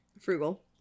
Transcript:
Frugal